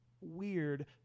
weird